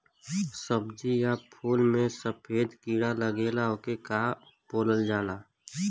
सब्ज़ी या फुल में सफेद कीड़ा लगेला ओके का बोलल जाला?